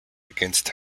against